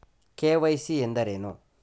KYC ಎಂದರೇನು?